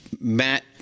Matt